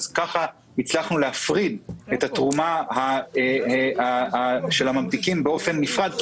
אז כך הצלחנו להפריד את התרומה של הממתיקים באופן נפרד,